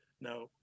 Now